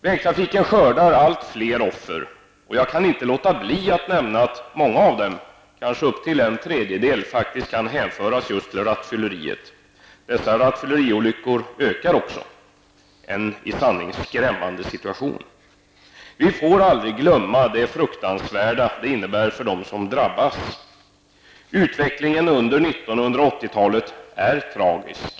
Vägtrafiken skördar allt fler offer. Jag kan inte låta bli att nämna att många av dessa olyckor, kanske bortemot en tredjedel, faktiskt kan hänföras just till rattfylleri. Dessutom ökar rattfylleriolyckorna -- en i sanning skrämmande situation. Vi får aldrig glömma hur fruktansvärt sådant här är för dem som drabbas. Utvecklingen under 1980 talet är tragisk.